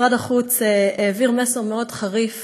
משרד החוץ העביר מסר מאוד חריף